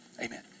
Amen